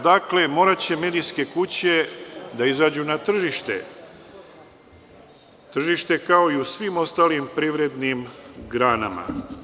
Dakle, moraće medijske kuće da izađu na tržište, kao i u svim ostalim privrednim granama.